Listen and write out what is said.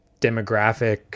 demographic